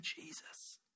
jesus